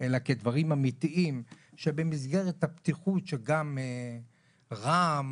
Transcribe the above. אלא כדברים אמיתיים שבמסגרת הפתיחות שגם רע"מ